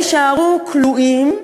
והם יישארו כלואים במתקן,